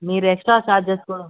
మీరు extra charges కూడా